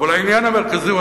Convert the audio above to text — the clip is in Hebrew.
אבל העניין המרכזי הוא,